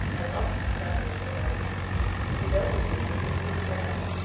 as oft she'd done before, o she belted him wi' his gude brand,